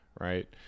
right